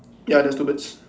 ya there's two birds